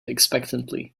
expectantly